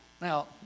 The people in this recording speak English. Now